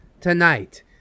Tonight